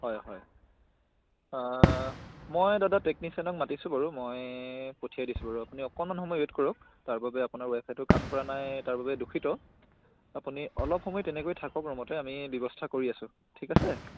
হয় হয় মই দাদা টেকনিচিয়ানক মাতিছোঁ বাৰু মই পঠিয়াই দিছোঁ বাৰু আপুনি অকণমান সময় ৱেট কৰক তাৰ বাবে আপোনাৰ ৱাইফাইটো কাম কৰা নাই তাৰ বাবে দুখিত আপুনি অলপ সময় তেনেকৈ থাকক ৰুমতে আমি ব্যৱস্থা কৰি আছোঁ ঠিক আছে